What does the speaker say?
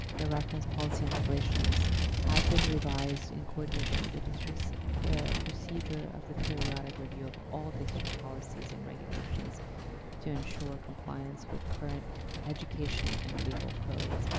the referenced policy and regulations have been revised in coordination with the district's procedure of the periodic review of all district policies and regulations to ensure compliance with current education and legal codes.